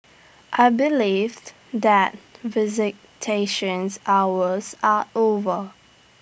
I believed that visitations hours are over